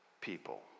people